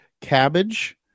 cabbage